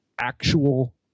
actual